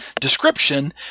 description